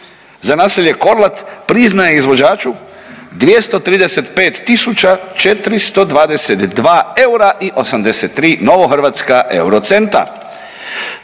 za naselje Korlat priznaje izvođaču 235 tisuća 422 eura i 83 novo hrvatska eurocenta.